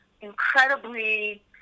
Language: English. incredibly